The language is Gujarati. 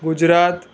ગુજરાત